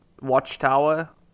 watchtower